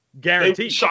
guaranteed